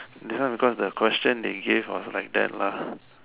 this one because the question they give was like that lah